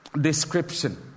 description